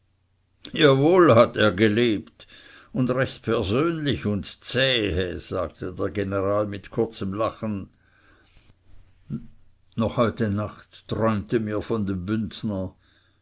wohl hat er gelebt und recht persönlich und zähe sagte der general mit kurzem lachen noch heute nacht träumte mir von dem bündner